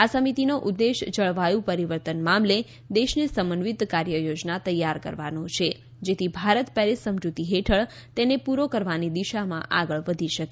આ સમિતિનો ઉદ્દેશ જળવાયુ પરિવર્તન મામલે દેશને સમન્વિત કાર્યયોજના તૈયાર કરવાનો છે જેથી ભારત પેરિસ સમજૂતી હેઠળ તેને પૂરો કરવાની દિશામાં આગળ વધી શકે